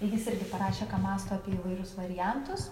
ir jis irgi parašė ką mąsto apie įvairius variantus